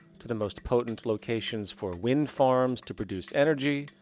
to the most potent locations for wind farms to produce energy,